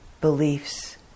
beliefs